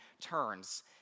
turns